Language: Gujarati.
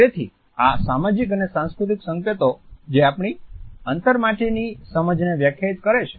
તેથી આ સામાજીક અને સાંસ્કૃતિક સંકેતો જે આપણી અંતર માટેની સમજને વ્યાખ્યાયિત કરે છે